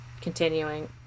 continuing